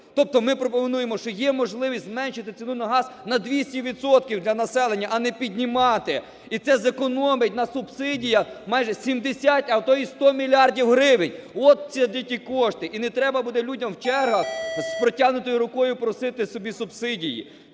Тобто ми пропонуємо, що є можливість зменшити ціну на газ на 200 відсотків для населення, а не піднімати і це зекономить на субсидіях майже 60, а то й 100 мільярдів гривень, от де ті кошти. І не треба буде людям в чергах з протягнутою рукою просити собі субсидії,